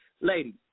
Ladies